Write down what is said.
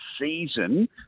season